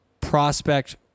prospect